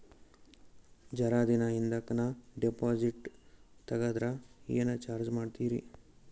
ಜರ ದಿನ ಹಿಂದಕ ನಾ ಡಿಪಾಜಿಟ್ ತಗದ್ರ ಏನ ಚಾರ್ಜ ಮಾಡ್ತೀರಿ?